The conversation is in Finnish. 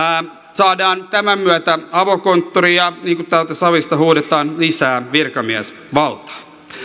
saadaan tämän myötä avokonttori ja niin kuin täältä salista huudetaan lisää virkamiesvaltaa